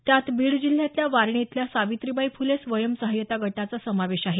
त्यात बीड जिल्ह्यातल्या वारणी इथल्या सावित्रीबाई फुले स्वयंसहाय्यता गटाचा समावेश आहे